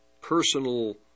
personal